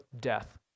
death